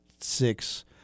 six